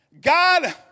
God